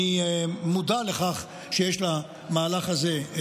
אני מודע לכך שיש למהלך הזה,